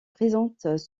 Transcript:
présentes